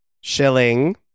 shilling